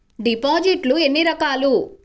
డిపాజిట్లు ఎన్ని రకాలు?